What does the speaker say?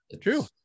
true